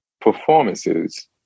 performances